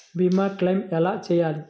భీమ క్లెయిం ఎలా చేయాలి?